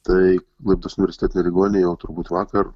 tai klaipėdos universitetinė ligoninė jau turbūt vakar